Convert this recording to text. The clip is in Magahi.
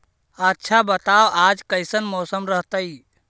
आच्छा बताब आज कैसन मौसम रहतैय?